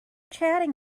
chatting